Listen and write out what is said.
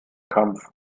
kampf